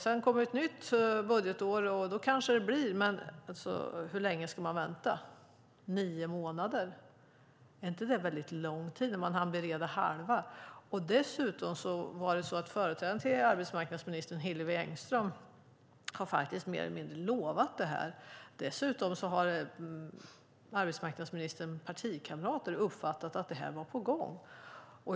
Sedan kommer ett nytt budgetår, och då kanske det blir så, men hur länge ska man vänta? Nio månader - är inte det en väldigt lång tid när man ändå hann bereda halva? Dessutom har företrädaren till arbetsmarknadsministern, Hillevi Engström, mer eller mindre lovat detta. Arbetsmarknadsministerns partikamrater har uppfattat att det här var på gång.